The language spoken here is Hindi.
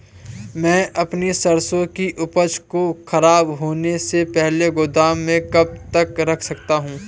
मैं अपनी सरसों की उपज को खराब होने से पहले गोदाम में कब तक रख सकता हूँ?